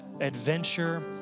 adventure